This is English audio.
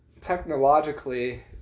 technologically